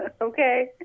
Okay